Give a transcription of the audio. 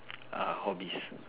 err hobbies